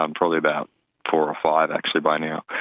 um probably about four or five actually by now,